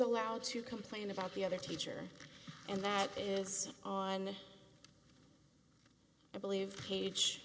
allowed to complain about the other teacher and that is on i believe page